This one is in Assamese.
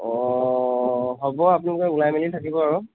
অ হ'ব আপোনালোকে ওলাই মেলি থাকিব আৰু